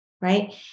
right